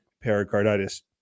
pericarditis